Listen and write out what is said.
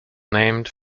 named